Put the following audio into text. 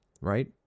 right